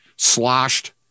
sloshed